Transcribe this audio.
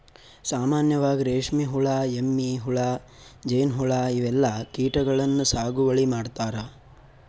ಸಾಮಾನ್ಯವಾಗ್ ರೇಶ್ಮಿ ಹುಳಾ, ಎಮ್ಮಿ ಹುಳಾ, ಜೇನ್ಹುಳಾ ಇವೆಲ್ಲಾ ಕೀಟಗಳನ್ನ್ ಸಾಗುವಳಿ ಮಾಡ್ತಾರಾ